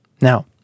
Now